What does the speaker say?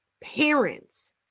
Parents